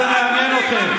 מה זה מעניין אתכם?